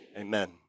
Amen